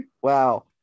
wow